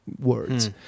words